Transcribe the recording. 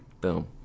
Boom